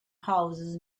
houses